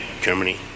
Germany